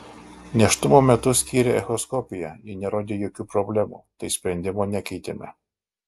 nėštumo metu skyrė echoskopiją ji nerodė jokių problemų tai sprendimo nekeitėme